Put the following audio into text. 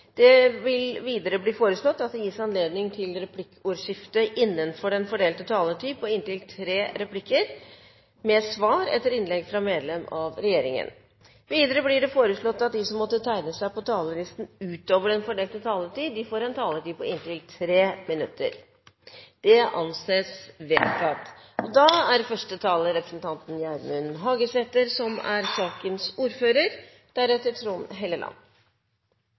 Videre vil presidenten foreslå at det gis anledning til replikkordskifte på inntil tre replikker med svar etter innlegg fra medlem av regjeringen innenfor den fordelte taletid. Videre blir det foreslått at de som måtte tegne seg på talerlisten utover den fordelte taletid, får en taletid på inntil 3 minutter. – Det anses vedtatt. Som presidenten sa, er